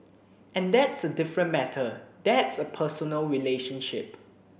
and that's a different matter that's a personal relationship